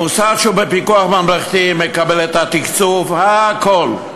המוסד שבפיקוח ממלכתי מקבל את התקצוב, הכול,